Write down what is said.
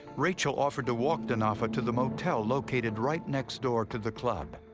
rachel offered to walk denofa to the motel located right next door to the club.